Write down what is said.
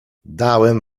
dałem